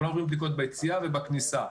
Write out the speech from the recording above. כולם עוברים בדיקות ביציאה ובכניסה.